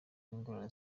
n’ingorane